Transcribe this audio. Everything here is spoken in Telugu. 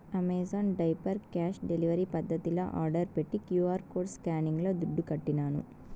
అమెజాన్ డైపర్ క్యాష్ డెలివరీ పద్దతిల ఆర్డర్ పెట్టి క్యూ.ఆర్ కోడ్ స్కానింగ్ల దుడ్లుకట్టినాను